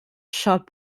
short